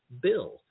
Bill